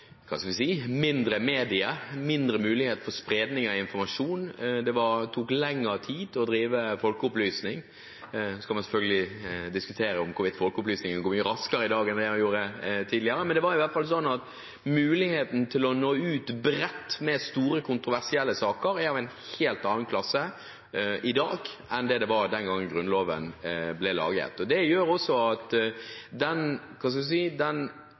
det var mindre media, mindre muligheter for spredning av informasjon, og det tok lengre tid å drive folkeopplysning. Så kan man selvfølgelig diskutere hvorvidt folkeopplysningen går mye raskere i dag enn tidligere, men det er i hvert fall sånn at muligheten til å nå bredt ut med store kontroversielle saker er av en helt annen klasse i dag enn det var den gangen Grunnloven ble laget. Det gjør også at